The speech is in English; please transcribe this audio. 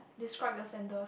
describe your center